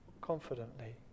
confidently